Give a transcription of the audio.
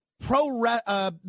pro